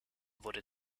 wurde